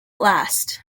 last